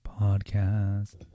podcast